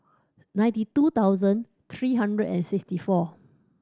ninety two thousand three hundred and sixty four